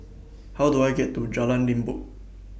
How Do I get to Jalan Limbok